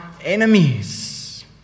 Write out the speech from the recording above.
enemies